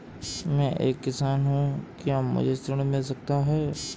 मैं एक किसान हूँ क्या मुझे ऋण मिल सकता है?